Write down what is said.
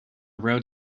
road